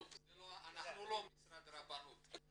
טוב, אנחנו לא משרד רבנות.